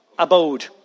abode